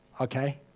okay